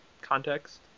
context